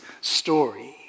story